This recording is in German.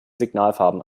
signalfarben